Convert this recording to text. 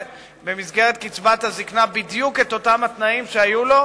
במסגרת קצבת הזיקנה בדיוק את אותם תנאים שהיו לו